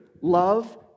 love